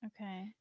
Okay